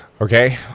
okay